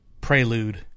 prelude